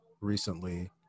recently